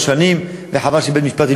חריפה,